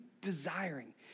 desiring